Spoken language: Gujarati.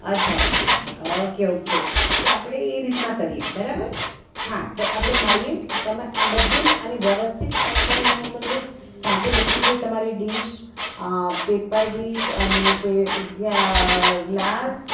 અચ્છા અચ્છા ઓકે ઓકે તો આપણે એ રીતના કરીએ બરાબર તો આપણે મળીએ તમે આ બધું જ અને વ્યવસ્થિત પેક કરીને મોકલજો સાથે બધી જે તમારી ડિશ પેપર ડિશ અને પે ગ્લાસ